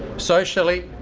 socially,